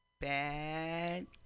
bad